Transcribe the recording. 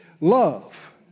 love